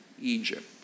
Egypt